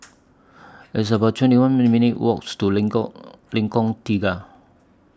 It's about twenty one minutes' Walk to Lengkong Lengkong Tiga